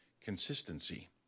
consistency